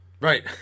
Right